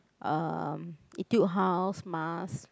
um Etude-House mask